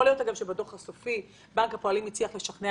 יכול להיות שבנק הפועלים הצליח לשכנע